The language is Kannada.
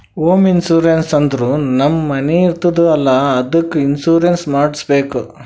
ಹೋಂ ಇನ್ಸೂರೆನ್ಸ್ ಅಂದುರ್ ನಮ್ ಮನಿ ಇರ್ತುದ್ ಅಲ್ಲಾ ಅದ್ದುಕ್ ಇನ್ಸೂರೆನ್ಸ್ ಮಾಡುಸ್ಬೇಕ್